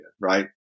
right